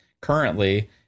currently